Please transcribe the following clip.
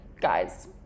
guys